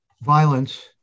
violence